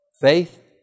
Faith